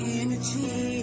energy